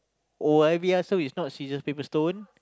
oh-yah-peh-yah-som so is not scissors paper stone